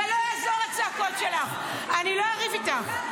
--- לא יעזרו הצעקות שלך, אני לא אריב איתך.